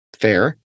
fair